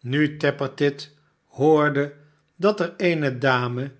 nu tappertit hoorde dat er eene dame